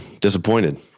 disappointed